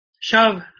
shove